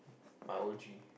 my O_G